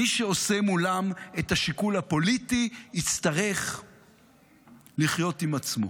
מי שעושה מולם את השיקול הפוליטי יצטרך לחיות עם עצמו.